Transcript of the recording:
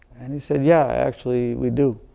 and he said, yeah. actually, we do.